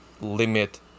limit